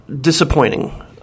disappointing